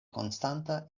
konstanta